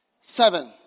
seven